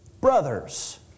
brothers